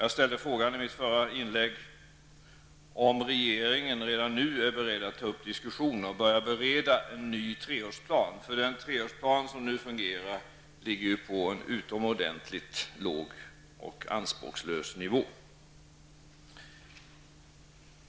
I mitt förra inlägg ställde jag frågan om regeringen redan nu är beredd att ta upp en diskussion och börja bereda en ny treårsplan. Den treårsplan som nu fungerar ligger ju på en utomordenligt låg och anspråkslös nivå.